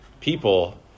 people